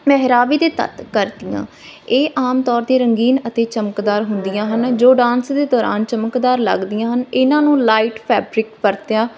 ਪਹਿਰਾਵੇ ਦੇ ਤੱਤ ਕਰਤੀਆਂ ਇਹ ਆਮ ਤੌਰ 'ਤੇ ਰੰਗੀਨ ਅਤੇ ਚਮਕਦਾਰ ਹੁੰਦੀਆਂ ਹਨ ਜੋ ਡਾਂਸ ਦੇ ਦੌਰਾਨ ਚਮਕਦਾਰ ਲੱਗਦੀਆਂ ਹਨ ਇਹਨਾਂ ਨੂੰ ਲਾਈਟ ਫੈਬਰਿਕ ਪਰਤਿਆਂ